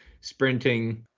sprinting